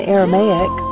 Aramaic